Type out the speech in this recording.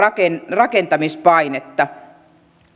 rakentamispainetta